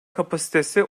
kapasitesi